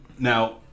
Now